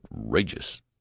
Outrageous